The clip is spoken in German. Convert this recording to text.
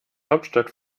hauptstadt